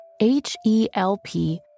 H-E-L-P